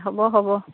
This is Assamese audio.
হ'ব হ'ব